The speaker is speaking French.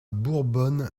bourbonne